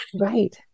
Right